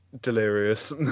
delirious